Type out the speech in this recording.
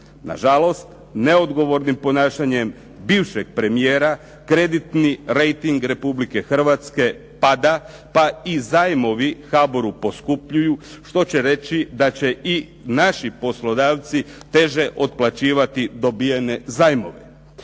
Nažalost, neodgovornim ponašanjem bivšeg premijera kreditni rejting Republike Hrvatske pada pa i zajmovi HBOR-u poskupljuju, što će reći da će i naši poslodavci teže otplaćivati dobivene zajmove.